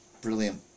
brilliant